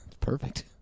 perfect